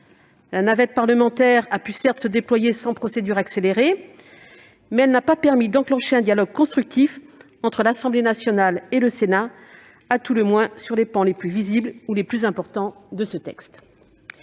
la navette parlementaire a pu suivre son cours sans procédure accélérée, mais elle n'a pas permis d'enclencher un dialogue constructif entre l'Assemblée nationale et le Sénat, à tout le moins sur les pans les plus visibles ou les plus importants de ce texte.